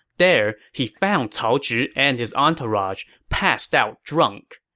there, he found cao zhi and his entourage passed out drunk.